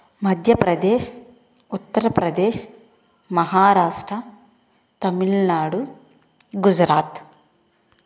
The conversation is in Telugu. మధ్యప్రదేశ్ ఉత్తర ప్రదేశ్ మహారాష్ట్ర తమిళనాడు గుజరాత్